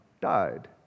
died